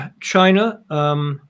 China